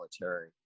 military